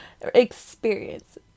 experience